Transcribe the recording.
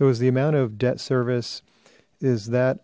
is the amount of debt service is that